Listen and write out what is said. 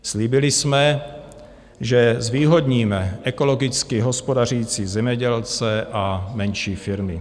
Slíbili jsme, že zvýhodníme ekologicky hospodařící zemědělce a menší firmy.